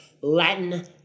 Latin